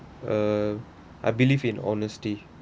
uh I believe in honesty